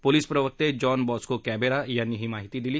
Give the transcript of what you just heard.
police प्रवक्ते John Bosco क्खिरा यांनी ही माहिती दिली